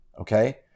Okay